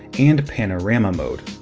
and panorama mode.